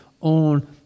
on